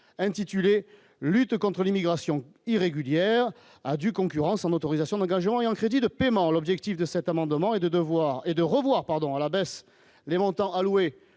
intitulé : lutte contre l'immigration irrégulière à due concurrence en autorisations d'engagement et en crédits de paiement, l'objectif de cet amendement et de voir et de revoir pardon à la baisse les montants alloués